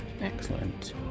Excellent